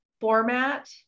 format